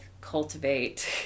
cultivate